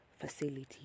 facility